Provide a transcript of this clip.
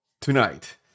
tonight